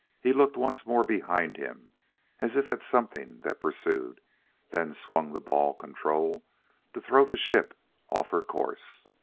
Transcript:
he looked once more behind him as if at something that pursued then swung the ball-control to throw the ship off her course.